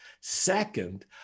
Second